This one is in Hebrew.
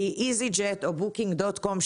כי איזיג'ט או בוקינג דוט קום,